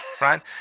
right